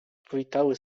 powitały